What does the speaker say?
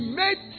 made